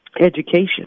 education